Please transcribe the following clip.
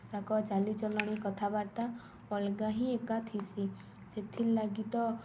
ପୋଷାକ ଜଲିଚଲଣି କଥାବାର୍ତ୍ତା ଅଲ୍ଗା ହିଁ ଏକା ଥିସି ସେଥିର୍ଲାଗିି ତ